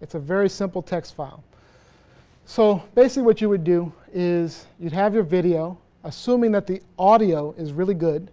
it's a very simple text file so they see what you would do is you have your video assuming that the audio is really good